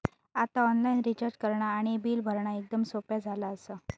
आता online recharge करणा आणि बिल भरणा एकदम सोप्या झाला आसा